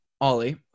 Ollie